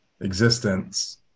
existence